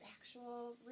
actual